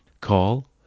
call